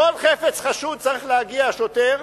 לכל חפץ חשוד צריך להגיע שוטר,